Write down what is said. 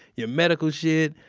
your medical shit,